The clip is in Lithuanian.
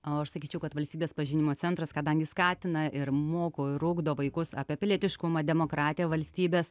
o aš sakyčiau kad valstybės pažinimo centras kadangi skatina ir moko ir ugdo vaikus apie pilietiškumą demokratiją valstybės